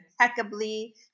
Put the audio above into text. impeccably